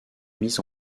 mise